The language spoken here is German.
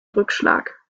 rückschlag